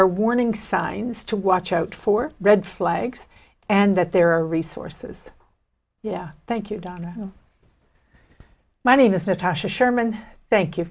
are warning signs to watch out for red flags and that there are resources yeah thank you donna my name is natasha sherman thank you